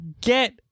get